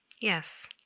Yes